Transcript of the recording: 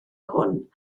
hwn